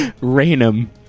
Rainham